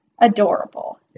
Adorable